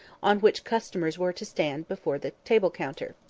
on which customers were to stand before the table-counter.